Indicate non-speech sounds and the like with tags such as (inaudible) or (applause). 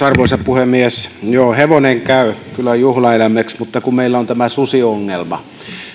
(unintelligible) arvoisa puhemies joo hevonen käy kyllä juhlaeläimeksi mutta kun meillä on tämä susiongelma